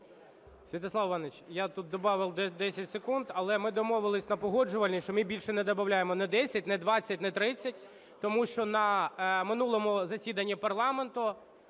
Святослав Іванович, я тут добавив 10 секунд, але ми домовилися на Погоджувальній, що ми більше не добавляємо ні 10, ні 20, ні 30, тому що на минулому засіданні парламенту,